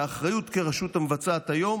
כשהאחריות כרשות המבצעת היום